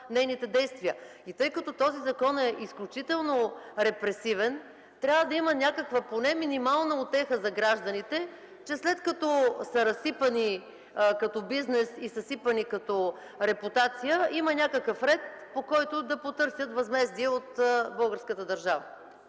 нейните действия. Тъй като този закон е изключително репресивен, трябва да има някаква, макар минимална утеха за гражданите, че след като са разсипани като бизнес и съсипани като репутация, има някакъв ред, по който да потърсят възмездие от българската държава.